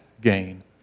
gain